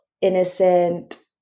innocent